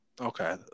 Okay